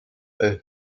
eux